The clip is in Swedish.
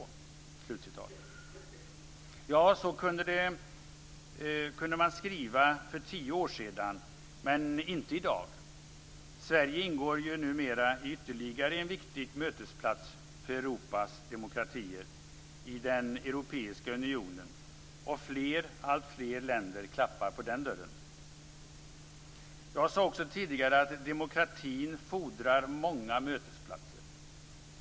Ja, så kunde man skriva för tio år sedan, men inte i dag. Sverige ingår ju numera i ytterligare en viktig mötesplats för Europas demokratier - i Europeiska unionen, och alltfler länder knackar på dörren. Jag sade tidigare här att demokratin fordrar många mötesplatser.